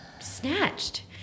snatched